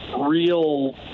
real